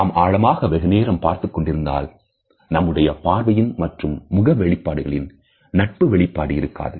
நாம் ஆழமாக வெகுநேரம் பார்த்துக் கொண்டிருந்தால் நம்முடைய பார்வையில் மற்றும் முக வெளிப்பாடுகளில் நட்பு வெளிப்பாடு இருக்காது